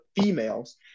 females